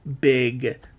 big